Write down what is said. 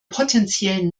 potentiellen